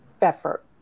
effort